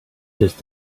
just